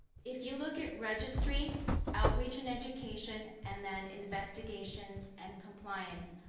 if you look at registry outreach and education and then investigation and compliance,